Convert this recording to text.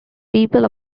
people